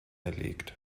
erlegt